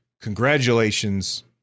congratulations